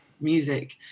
music